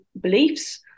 beliefs